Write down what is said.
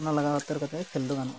ᱚᱱᱟ ᱞᱟᱜᱟᱣ ᱩᱛᱟᱹᱨ ᱠᱟᱛᱮ ᱠᱷᱮᱞ ᱫᱚ ᱜᱟᱱᱚᱜᱼᱟ